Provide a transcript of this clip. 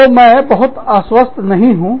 तो मैं बहुत आश्वस्त नहीं हूं